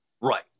right